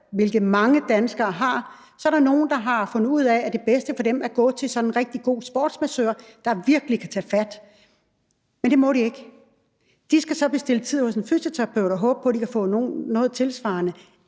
hvilket mange danskere har, er der nogle, der har fundet ud af, at det bedste for dem er at gå til sådan en rigtig god sportsmassør, der virkelig kan tage fat, men det må de ikke. De skal så bestille tid hos en fysioterapeut og håbe på, at de kan få noget tilsvarende